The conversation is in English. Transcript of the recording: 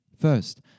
First